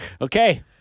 Okay